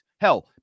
hell